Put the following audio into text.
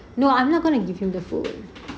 no I'm not going to give him the food